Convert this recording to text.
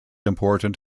important